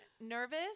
nervous